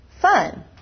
fun